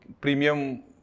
premium